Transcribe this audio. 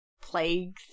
plagues